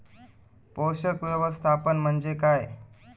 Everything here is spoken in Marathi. पोषक व्यवस्थापन म्हणजे काय?